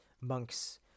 monks